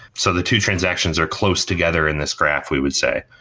so the two transactions are close together in this graph, we would say,